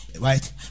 right